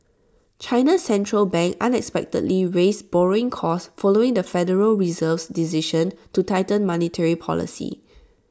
China's Central Bank unexpectedly raised borrowing costs following the federal Reserve's decision to tighten monetary policy